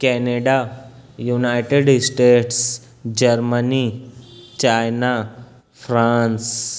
Canada United States Germany China France